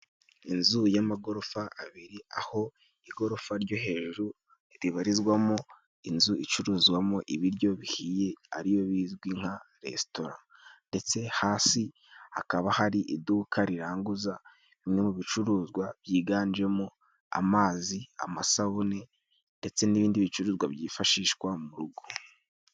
Inzu y'amagorofa abiri: Aho igorofa ryo hejuru ribarizwa mo inzu icuruzwamo ibiryo bihiye ariyo bizwi nka resitora. Ndetse hasi hakaba hari iduka riranguza bimwe mu Ibicuruzwa byiganje mo amazi, amasabune, ndetse n'ibindi bicuruzwa byifashishwa mu rugo.